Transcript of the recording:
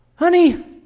honey